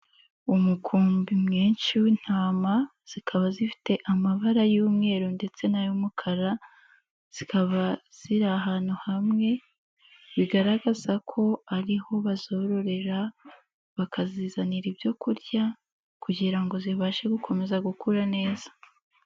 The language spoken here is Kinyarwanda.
Umukumbi mwinshi w'intama, zikaba zifite amabara y'umweru ndetse n'ay'umukara, zikaba ziri ahantu hamwe, bigaragaza ko ari ho bazororera, bakazizanira ibyo kurya kugira ngo zibashe gukomeza gukura neza.